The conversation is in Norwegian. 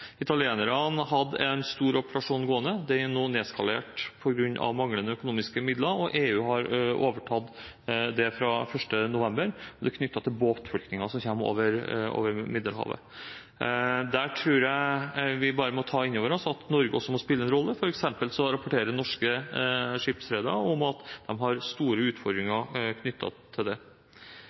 Italienerne hadde en stor operasjon gående. Den er nå nedskalert på grunn av manglende økonomiske midler, og EU har overtatt det fra 1. november. Det er knyttet til båtflyktninger som kommer over Middelhavet. Der tror jeg vi bare må ta inn over oss at Norge også må spille en rolle. For eksempel rapporterer norske skipsredere at de har store utfordringer knyttet til dette. Det